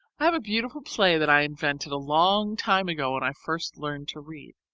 i have a beautiful play that i invented a long time ago when i first learned to read.